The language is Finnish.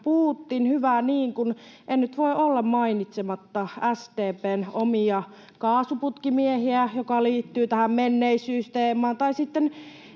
Putin. Hyvä niin, kun en nyt voi olla mainitsematta SDP:n omia kaasuputkimiehiä, jotka liittyvät tähän menneisyysteemaan, tai sitten